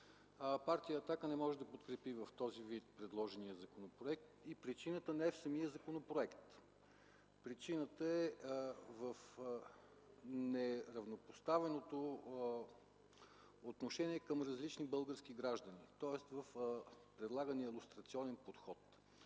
Партия „Атака” не може да подкрепи в този вид предложения законопроект и причината не е в самия законопроект. Причината е в неравнопоставеното отношение към различни български граждани, тоест в предлагания лустрационен подход.